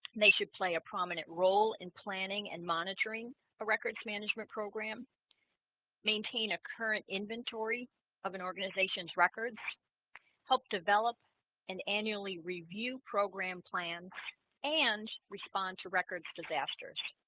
they should play a prominent role in planning and monitoring a records management program maintain a current inventory of an organization's records help develop and annually review program plan and respond to records disasters